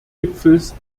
gipfels